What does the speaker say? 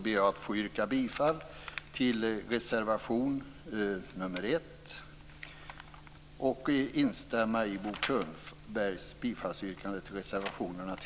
Jag yrkar bifall till reservationerna 1